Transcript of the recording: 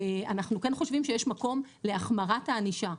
אנחנו כן חושבים שיש מקום להחמרת הענישה.